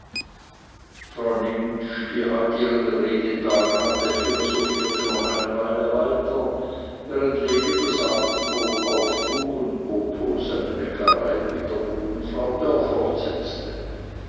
frau nimptsch die heut ihren redetag hatte philosophierte noch eine weile weiter während lene das abendbrot auftrug und botho seine neckereien mit der guten frau dörr